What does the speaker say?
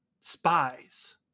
spies